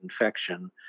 infection